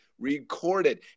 recorded